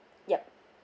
yup